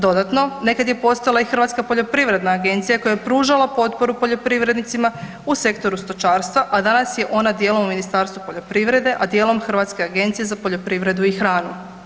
Dodatno, nekad je postojala i Hrvatska poljoprivredna agencija koja je pružala potporu poljoprivrednicima u sektoru stočarstva, a danas je ona djelom u Ministarstvu poljoprivrede, a dijelom Hrvatske agencije za poljoprivredu i hranu.